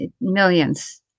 millions